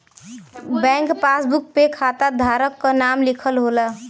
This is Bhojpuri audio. बैंक पासबुक पे खाता धारक क नाम लिखल होला